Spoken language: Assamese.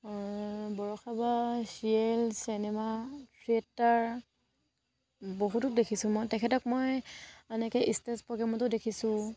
বৰষা বা চিৰিয়েল চিনেমা থিয়েটাৰ বহুতত দেখিছোঁ মই তেখেতক মই এনেকৈ ষ্টেজ প্ৰগ্ৰেমতো দেখিছোঁ